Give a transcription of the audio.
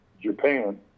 Japan